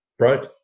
Right